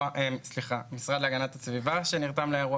המשרד להגנת הסביבה שנרתם לנושא,